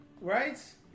Right